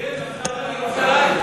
תהיה ממשלה בירושלים?